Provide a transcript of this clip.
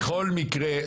בכל מקרה,